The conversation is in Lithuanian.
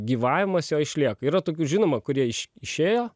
gyvavimas jo išliek yra tokių žinoma kurie iš išėjo